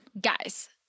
Guys